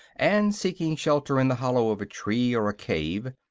and seeking shelter in the hollow of a tree or a cave,